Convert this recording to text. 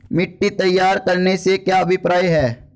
मिट्टी तैयार करने से क्या अभिप्राय है?